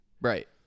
Right